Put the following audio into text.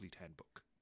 Handbook